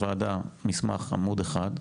לוועדה, מסמך עמוד אחד,